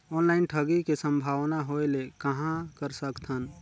Online ठगी के संभावना होय ले कहां कर सकथन?